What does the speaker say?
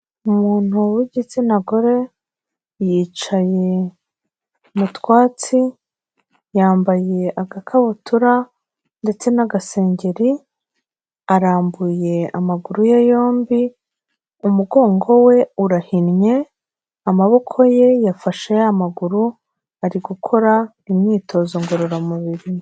Umuntu w'igitsina gore yicaye mu twatsi, yambaye agakabutura ndetse n'agasengeri arambuye amaguru ye yombi, umugongo we urahinnye, amaboko ye yafashe ya maguru ari gukora imyitozo ngororamubiri.